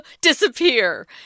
disappear